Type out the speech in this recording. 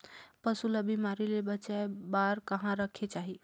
पशु ला बिमारी ले बचाय बार कहा रखे चाही?